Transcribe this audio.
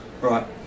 right